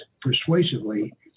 persuasively